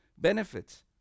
benefits